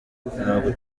ntabwo